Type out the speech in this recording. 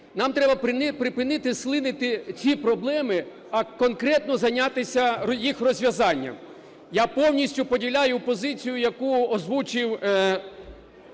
Нам треба припинити слинити ці проблеми, а конкретно зайнятися їх розв’язанням. Я повністю поділяю позицію, яку озвучив